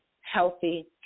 healthy